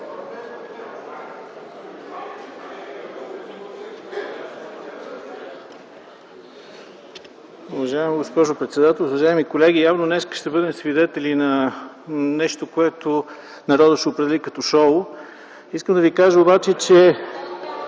Уважаема госпожо председател, уважаеми колеги! Явно днес ще бъдем свидетели на нещо, което народът ще определи като шоу. Искам да ви кажа обаче, че